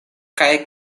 kaj